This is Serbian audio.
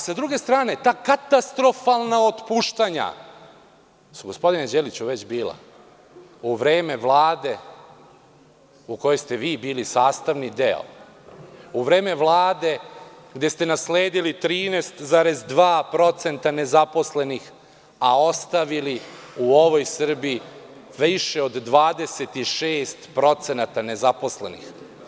Sa druge strane, ta katastrofalna otpuštanja, su gospodine Đeliću već bila u vreme Vlade u kojoj ste vi bili sastavni deo, u vreme Vlade gde ste nasledili 13,2% nezaposlenih, a ostavili u ovoj Srbiji više od 26% nezaposlenih.